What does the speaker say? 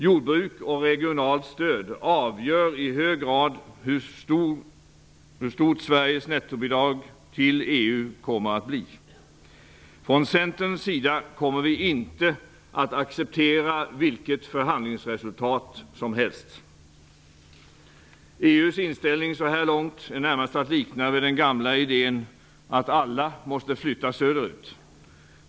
Jordbruk och regionalt stöd avgör i hög grad hur stort Sveriges nettobidrag till EU kommer att bli. Från Centerns sida kommer vi inte att acceptera vilket förhandlingsresultat som helst. EU:s inställning så här långt är närmast att likna vid den gamla idén om att ''alla måste flytta söderut''.